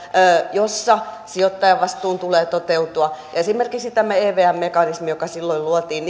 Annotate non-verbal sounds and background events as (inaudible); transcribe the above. jossa sijoittajavastuun tulee toteutua esimerkiksi tämä evm mekanismi silloin luotiin (unintelligible)